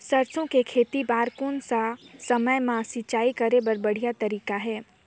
सरसो के खेती बार कोन सा समय मां सिंचाई करे के बढ़िया तारीक हे?